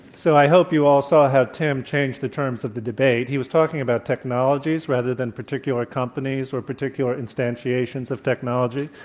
so, i hope you all saw how tim changed the terms of the debate. he was talking about technologies rather than particular companies or particular instantiations of technology.